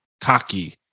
cocky